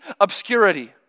obscurity